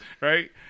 right